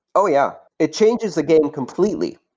oh, yeah. it changes the game completely.